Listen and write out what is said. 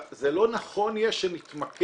זה לא נכון יהיה שנתמקד